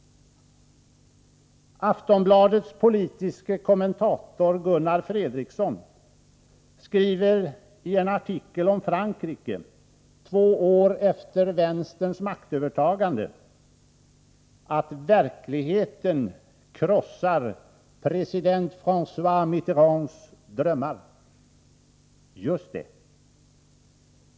Aftonbladets politiske kommentator Gunnar Fredriksson skriver i en artikel om Frankrike, två år efter vänsterns maktövertagande, att verkligheten krossar president Frangois Mitterands drömmar. Just det.